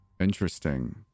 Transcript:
Interesting